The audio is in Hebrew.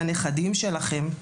לנכדים שלכם,